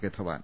K Dhawan